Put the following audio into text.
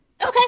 Okay